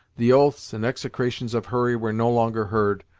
the oaths and execrations of hurry were no longer heard,